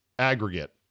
aggregate